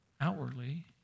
outwardly